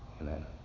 Amen